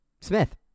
Smith